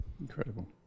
Incredible